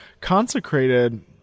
consecrated